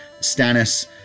Stannis